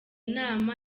nama